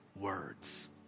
words